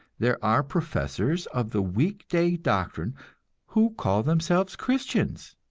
there are professors of the week-day doctrine who call themselves christians,